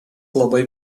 labai